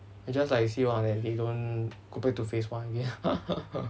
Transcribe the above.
I just like 希望 they they don't go back to phase one again